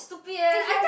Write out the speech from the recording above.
if you have